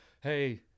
hey